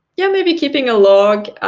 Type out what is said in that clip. yeah maybe keeping a log.